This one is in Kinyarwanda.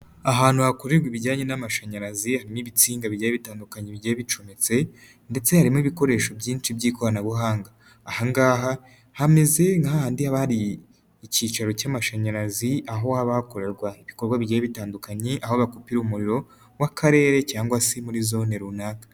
Ahantu hakorerwa ibijyanye n'amashanyarazi harimo ibitsinga bigiye bitandukanye bigiye bicometse, ndetse harimo ibikoresho byinshi by'ikoranabuhanga. Aha ngaha hameze nka hahandi hari ikicaro cy'amashanyarazi, aho haba hakorerwa ibikorwa bigiye bitandukanye, aho bakupira umuriro w'akarere cyangwa se muri zone runaka.